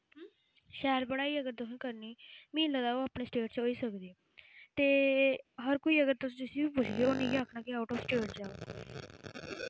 शैल पढ़ाई अगर तुसें करनी मिगी निं लगदा ओह् अपने स्टेट च होई सकदी ते हर कोई अगर तुस जिस्सी बी पुच्छगे ओह् उ'नै इ'यै आखना कि आउट आफ स्टेट जाओ